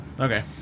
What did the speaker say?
Okay